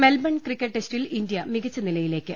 Melbourne cricket ടെസ്റ്റിൽ India മികച്ച നിലയിലേക്ക്